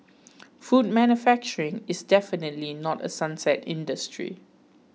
food manufacturing is definitely not a sunset industry